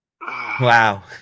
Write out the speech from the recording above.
Wow